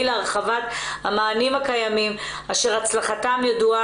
להרחבת המענים הקיימים אשר הצלחתם ידוע,